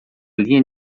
linha